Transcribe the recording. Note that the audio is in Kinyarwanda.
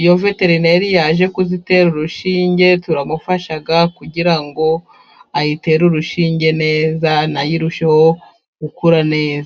Iyo veterineri yaje kuzitera urushinge, turamufasha kugira ngo ayitere urushinge neza, na yo irusheho gukura neza.